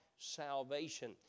salvation